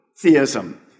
Theism